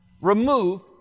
Remove